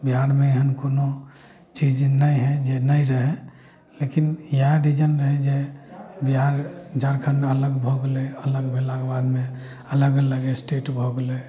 बिहारमे एहन कोनो चीज नहि हइ जे नहि रहय लेकिन इएह रीजन रहय जे बिहार झारखण्ड अलग भऽ गेलइ अलग भेलाके बादमे अलग अलग स्टेट भऽ गेलइ